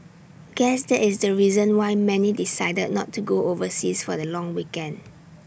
guess that is the reason why many decided not to go overseas for the long weekend